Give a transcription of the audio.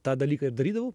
tą dalyką ir darydavau